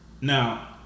Now